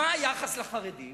מה היחס לחרדים,